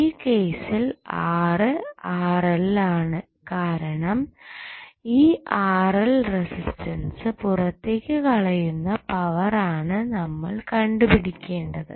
ഈ കേസിൽ ആണ് കാരണം ഈ റെസിസ്റ്റൻസ് പുറത്തേക്ക് കളയുന്ന പവർ ആണ് നമ്മൾ കണ്ടുപിടിക്കേണ്ടത്